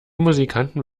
musikanten